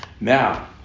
now